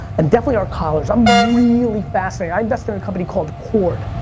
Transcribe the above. and definitely our collars. i'm really fascinated. i invest in a company called cord.